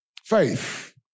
faith